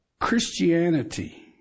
Christianity